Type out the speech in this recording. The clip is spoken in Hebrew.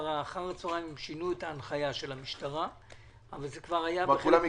אחר הצוהריים הם שינו את ההנחיה של המשטרה אבל זה כבר היה מאוחר.